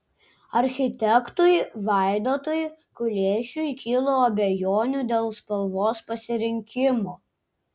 architektui vaidotui kuliešiui kilo abejonių dėl spalvos pasirinkimo